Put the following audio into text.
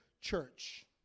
church